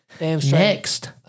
next